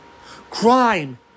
Crime